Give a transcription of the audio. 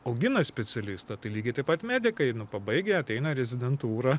augina specialistą tai lygiai taip pat medikai pabaigę ateina rezidentūrą